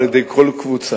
על-ידי כל קבוצה.